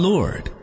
Lord